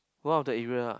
one of the area ah